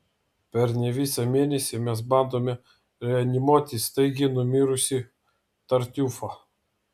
per ne visą mėnesį mes bandome reanimuoti staigiai numirusį tartiufą